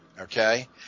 Okay